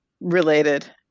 related